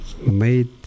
made